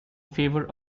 favour